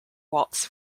waltz